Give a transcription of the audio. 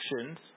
actions